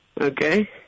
okay